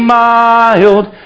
mild